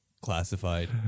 classified